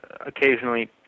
occasionally